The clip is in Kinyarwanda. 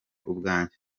ubwanjye